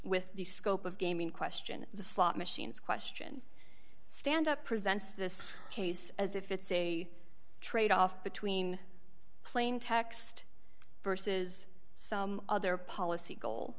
with the scope of game in question the slot machines question stand up presents this case as if it's a tradeoff between plain text versus some other policy goal